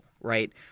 right